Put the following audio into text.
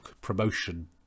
promotion